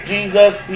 Jesus